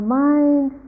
mind